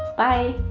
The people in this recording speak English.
bye